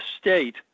state